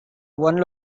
one